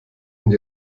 und